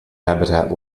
habitat